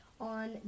on